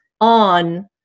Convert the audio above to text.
on